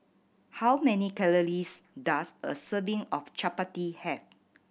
how many calories does a serving of Chapati have